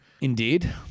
Indeed